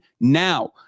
now